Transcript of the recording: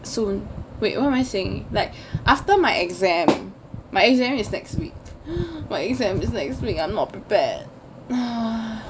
soon wait what am I saying like after my exam my exam is next week my exam is next week I'm not prepared